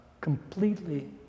completely